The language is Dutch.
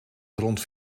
grond